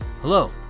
Hello